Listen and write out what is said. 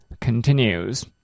continues